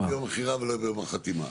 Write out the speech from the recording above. ביום המכירה ולא ביום החתימה.